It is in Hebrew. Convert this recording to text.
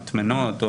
למטמנות.